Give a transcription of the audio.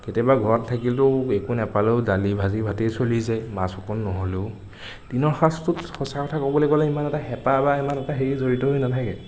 কেতিয়াবা ঘৰত থাকিলেও একো নাপালেও দালি ভাত ভাজি ভাতেই চলি যায় মাছ অকণ নহ'লেও দিনৰ সাঁজটোত সঁচা কথা ক'বলে গ'লে ইমান এটা হেঁপাহ বা ইমান এটা হেৰি জড়িত হৈ নাথাকে